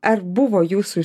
ar buvo jūsų